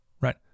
right